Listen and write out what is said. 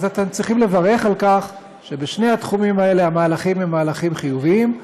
אתם צריכים לברך על כך שבשני התחומים האלה המהלכים הם מהלכים חיוביים,